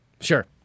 sure